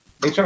HR